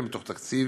מתוך תקציב